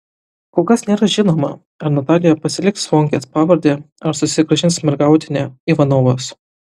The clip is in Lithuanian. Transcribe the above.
kol kas nėra žinoma ar natalija pasiliks zvonkės pavardę ar susigrąžins mergautinę ivanovos